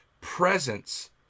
presence